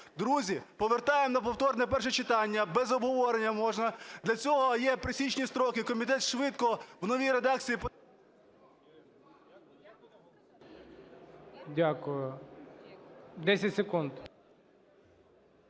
Друзі, повертаємо на повторне перше читання, без обговорення можна, для цього є пресічні строки, комітет швидко у новій редакції… ГОЛОВУЮЧИЙ. Дякую.